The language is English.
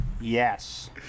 Yes